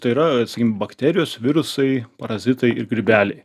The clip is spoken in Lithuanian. tai yra sakim bakterijos virusai parazitai ir grybeliai